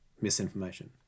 misinformation